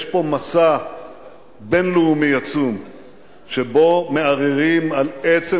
יש פה מסע בין-לאומי עצום שבו מערערים על עצם